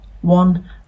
One